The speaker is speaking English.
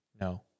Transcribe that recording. No